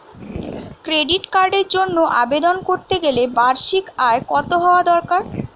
Credit কার্ডের জন্য আবেদন করতে গেলে বার্ষিক আয় কত হওয়া দরকার?